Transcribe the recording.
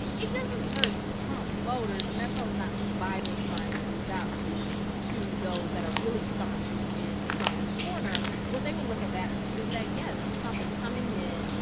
it it doesn't hurt trump voters, and that's probably not who biden is trying to reach out to to those that are really staunchly in trump's corner. what they will look at that and see is that, yes, trump is coming in,